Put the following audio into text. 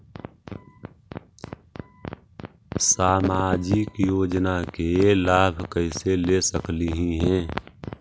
सामाजिक योजना के लाभ कैसे ले सकली हे?